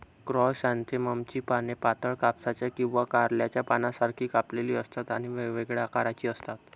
क्रायसॅन्थेममची पाने पातळ, कापसाच्या किंवा कारल्याच्या पानांसारखी कापलेली असतात आणि वेगवेगळ्या आकाराची असतात